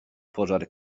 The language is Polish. pożar